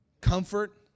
Comfort